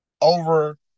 over